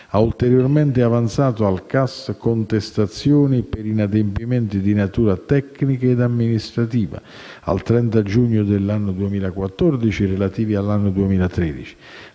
ha ulteriormente avanzato al CAS contestazioni per inadempimenti di natura tecnica e amministrativa, al 30 giugno dell'anno 2014 (relativi all'anno 2013),